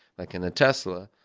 like in a tesla,